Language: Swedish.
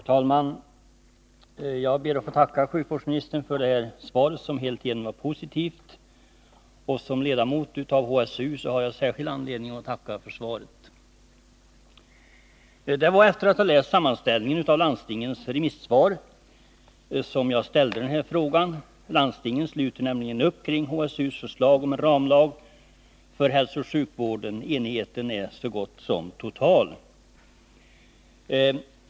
Herr talman! Jag ber att få tacka sjukvårdsministern för svaret, som alltigenom är positivt. Eftersom jag varit ledamot av hälsooch sjukvårdsutredningen har jag särskild anledning att tacka för svaret. Det var efter att ha läst en sammanställning av landstingens remissvar som jag ställde min fråga. Landstingen sluter nämligen upp kring hälsooch sjukvårdsutredningens förslag om ramlag för hälsooch sjukvården. Enigheten är så gott som total.